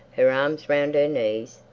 her arms round her knees,